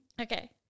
Okay